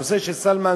היה סילמן,